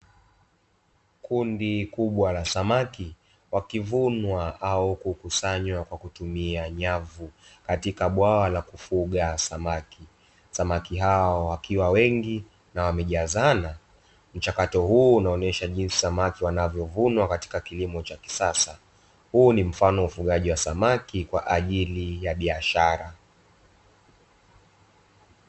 Kundi kubwa la samaki, wakivunwa au kukusanywa kwa kutumia nyavu katika bwawa la kufuga samaki. Samaki hao wakiwa wengi, na wamejazana mchakato huu unaonesha jinsi samaki wanavyovunwa katika kilimo cha kisasa, huu ni mfano wa ufugaji wa samaki kwa ajili ya biashara.